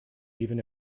even